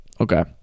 Okay